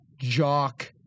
jock